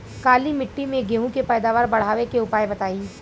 काली मिट्टी में गेहूँ के पैदावार बढ़ावे के उपाय बताई?